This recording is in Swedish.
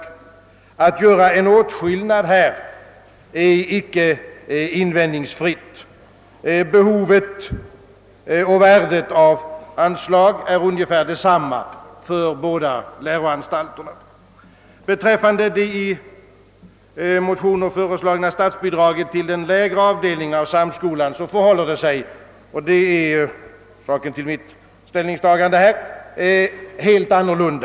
Att göra en åtskillnad mellan dessa skolor är icke invändningsfritt. Behovet och värdet av anslag är ungefär desamma för båda läroanstalterna. Beträffande det i motionerna föreslagna statsbidraget till den lägre avdelningen av samskolan förhåller det sig — och det är orsaken till mitt ställningstagande här — helt annorlunda.